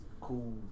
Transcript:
cool